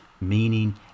meaning